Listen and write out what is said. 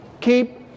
keep